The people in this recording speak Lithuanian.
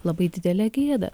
labai didelė gėda